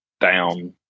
Down